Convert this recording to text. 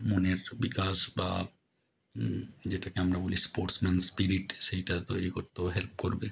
মনের বিকাশ বা যেটাকে আমরা বলি স্পোর্টসম্যান স্পিরিট সেইটা তৈরি করতেও হেল্প করবে